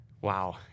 Wow